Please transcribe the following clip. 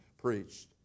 preached